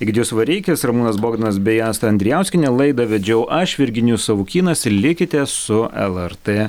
egidijus vareikis ramūnas bogdanas bei asta andrijauskienė laidą vedžiau aš virginijus savukynas likite su lrt